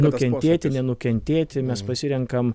nukentėti nenukentėti mes pasirenkam